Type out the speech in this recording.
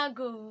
go